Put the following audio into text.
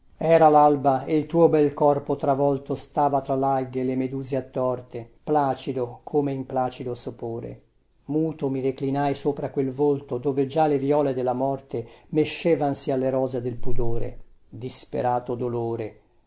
era lalba e il tuo bel corpo travolto stava tra lalghe e le meduse attorte placido come in placido sopore muto mi reclinai sopra quel volto dove già le viole della morte mescevansi alle rose del pudore disperato dolore